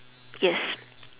yes